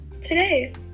today